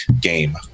game